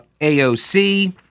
AOC